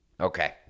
Okay